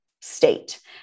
state